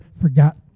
forgot